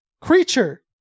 creature